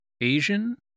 Asian